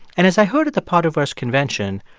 and as i heard at the potterverse convention,